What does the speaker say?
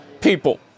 people